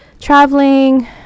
traveling